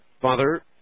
father